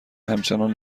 همچنان